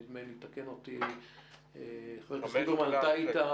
נדמה לי, יתקן אותי חבר הכנסת ליברמן --- 5